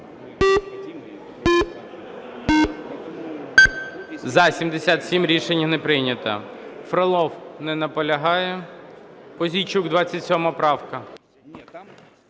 За-77 Рішення не прийнято. Фролов. Не наполягає. Пузійчук, 27 правка.